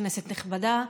כנסת נכבדה,